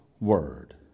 Word